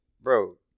bro